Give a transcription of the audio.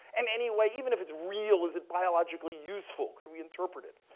and anyway, even if it's real, is it biologically useful? could we interpret it?